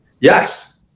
Yes